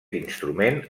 instrument